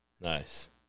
Nice